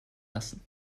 lassen